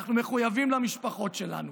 אנחנו מחויבים למשפחות שלנו,